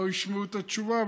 לא ישמעו את התשובה,